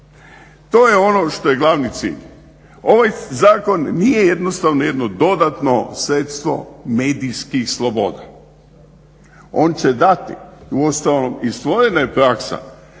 To je ono što je glavni cilj. Ovaj zakon nije jednostavno jedno dodatno sredstvo medijskih sloboda. On će dati, uostalom i stvorena je praksa